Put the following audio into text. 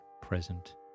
present